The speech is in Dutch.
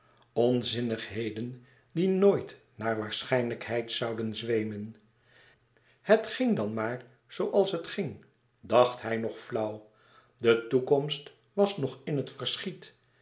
onzinnigheden die nooit naar waarschijnlijkheid zouden zweemen het ging dan maar zooals het ging dacht hij nog flauw de toekomst was nog in het verschiet